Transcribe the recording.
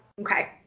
Okay